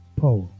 power